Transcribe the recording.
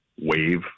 wave